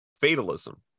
fatalism